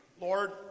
Lord